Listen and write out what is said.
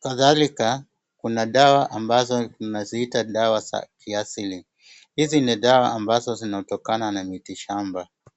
Kadhalika kuna dawa ambazo tunaziita dawa za kiasili, hizi ni dawa ambazo zinatokana na miti shamba.